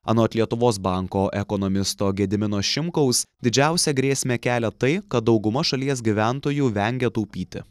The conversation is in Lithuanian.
anot lietuvos banko ekonomisto gedimino šimkaus didžiausią grėsmę kelia tai kad dauguma šalies gyventojų vengia taupyti